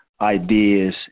ideas